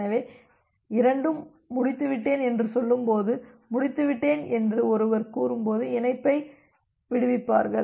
எனவே இரண்டும் முடித்துவிட்டேன் என்று சொல்லும்போது முடித்துவிட்டேன் என்று ஒருவர் கூறும்போது இணைப்பை விடுவிப்பார்கள்